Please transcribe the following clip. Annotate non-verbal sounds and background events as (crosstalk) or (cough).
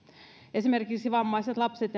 esimerkiksi vammaiset lapset (unintelligible)